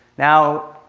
now,